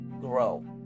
grow